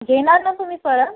घेणार ना तुम्ही परत